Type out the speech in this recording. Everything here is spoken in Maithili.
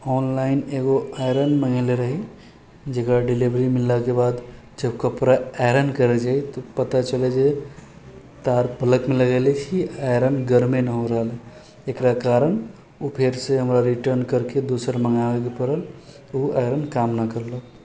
ऑनलाइन एकगो आइरन मङ्गेले रहि जकर डिलीवरी मिललाके बाद जब कपड़ा आइरन करै जाइ तऽ पता चलै जे तार प्लगमे लगेने छी आओर आइरन गरमे नहि हो रहल एकरा कारण ओ फेरसँ हमरा रिटर्न करिके दोसर हमरा मङ्गाबैके पड़ल ओ आइरन काम नहि करलक